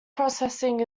processing